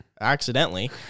accidentally